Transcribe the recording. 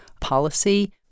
policy